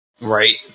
Right